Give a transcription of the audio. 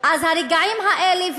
אז הרגעים האלה,